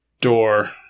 door